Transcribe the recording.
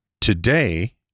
Today